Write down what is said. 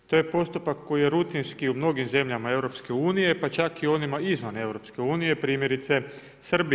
To je postupak koji je rutinski u mnogim zemljama EU, pa čak i onima izvan EU, primjerice Srbiji.